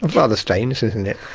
rather strange, isn't it?